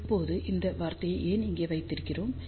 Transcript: இப்போது இந்த வார்த்தையை ஏன் இங்கே வைத்திருக்கிறோம்